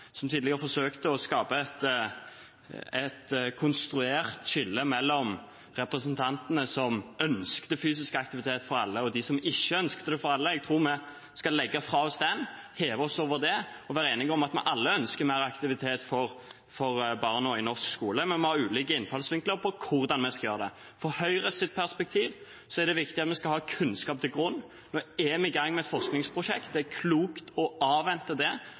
som tidligere forsøkte å skape et konstruert skille mellom representantene som ønsket fysisk aktivitet for alle, og de som ikke ønsket det for alle. Jeg tror vi skal legge det fra oss, heve oss over det, og være enige om at vi alle ønsker mer aktivitet for barna i norsk skole, men vi har ulike innfallsvinkler til hvordan vi skal gjøre det. I Høyres perspektiv er det viktig at vi legger kunnskap til grunn. Nå er vi i gang med et forskningsprosjekt. Det er klokt å avvente det